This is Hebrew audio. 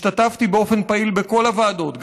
השתתפתי באופן פעיל בכל הוועדות,